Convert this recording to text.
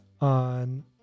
on